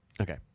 Okay